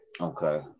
Okay